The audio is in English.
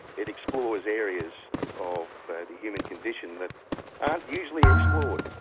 it explores areas of the human condition that aren't usually explored.